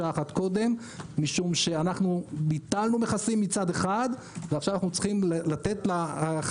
השאלה אם אנו צריכים לחדד משהו בנוסח כדי שיהיה שילוט